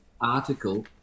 article